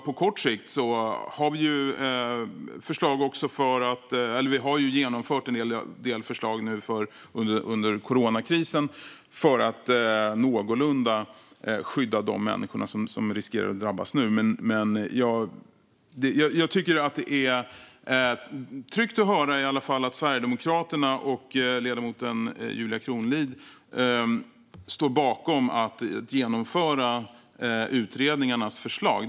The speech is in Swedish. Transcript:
På kort sikt har vi genomfört en del förslag under coronakrisen för att någorlunda skydda de människor som riskerar att drabbas nu. Jag tycker att det är tryggt att höra att Sverigedemokraterna och ledamoten Julia Kronlid står bakom att genomföra utredningarnas förslag.